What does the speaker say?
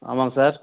ஆமாங்க சார்